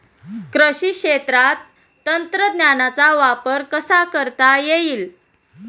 कृषी क्षेत्रात तंत्रज्ञानाचा वापर कसा करता येईल?